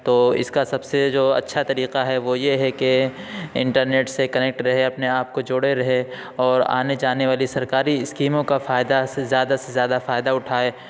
تو اس کا سب سے جو اچھا طریقہ ہے وہ یہ ہے کہ انٹرنیٹ سے کنیکٹ رہے اپنے آپ کو جوڑے رہے اور آنے جانے والی سرکاری اسکیموں کا فائدہ سے زیادہ سے زیادہ فائدہ اٹھائے